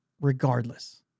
regardless